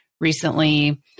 recently